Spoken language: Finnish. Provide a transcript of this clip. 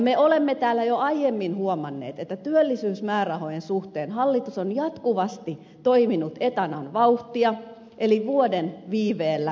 me olemme täällä jo aiemmin huomanneet että työllisyysmäärärahojen suhteen hallitus on jatkuvasti toiminut etanan vauhtia eli vuoden viiveellä riittämättömin toimin